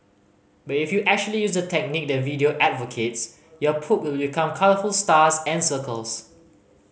but if you actually use the technique the video advocates your poop will become colourful stars and circles